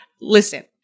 Listen